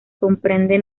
comprende